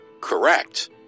Correct